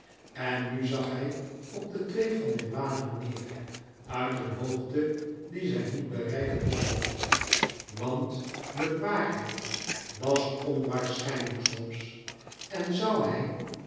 en nu zag hij op de twee van nirwana neêr uit een hoogte die zij niet bereiken mochten want de waarheid was onwaarschijnlijk soms en zoû hij